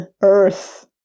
Earth